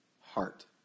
heart